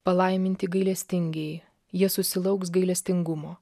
palaiminti gailestingieji jie susilauks gailestingumo